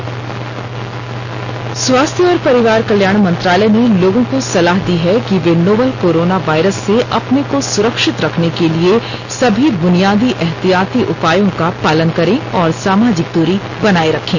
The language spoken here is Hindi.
एडवाइजरी स्वास्थ्य और परिवार कल्याण मंत्रालय ने लोगों को सलाह दी है कि वे नोवल कोरोना वायरस से अपने को सुरक्षित रखने के लिए सभी बुनियादी एहतियाती उपायों का पालन करें और सामाजिक दूरी बनाए रखें